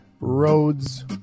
roads